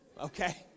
okay